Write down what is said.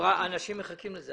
אנשים מחכים לזה.